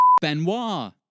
Benoit